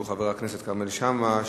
שהוא חבר הכנסת כרמל שאמה: